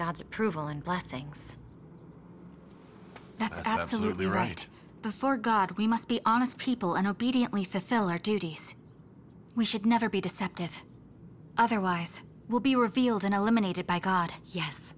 god's approval and blessings that absolutely right before god we must be honest people and obediently fulfill our duties we should never be deceptive otherwise will be revealed in eliminated by god yes